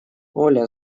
оля